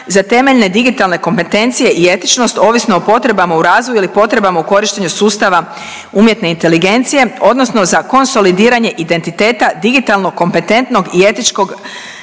za temeljne digitalne kompetencije i etičnost ovisno o potrebama u razvoju ili potrebama u korištenju sustava umjetne inteligencije, odnosno za konsolidiranje identiteta digitalno kompetentnog i etičkog